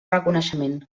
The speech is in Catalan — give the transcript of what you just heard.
reconeixement